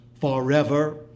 forever